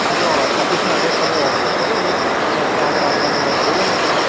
હા તો ઓફિસનું એડ્રેસ તમને વ્હોટસપ કરું છું તમે ત્યાં આગળ આવીને મને મળી લો ને એકવાર